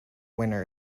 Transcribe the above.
winner